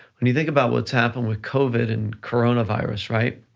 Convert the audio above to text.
when you think about what's happening with covid and coronavirus, right?